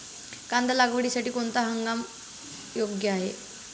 कांदा लागवडीसाठी कोणता हंगाम योग्य आहे?